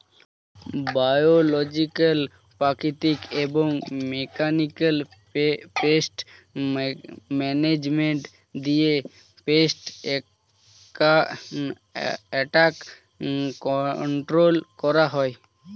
biological, প্রাকৃতিক এবং mechanical pest management দিয়ে পেস্ট অ্যাটাক কন্ট্রোল করা হয়